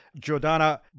Jordana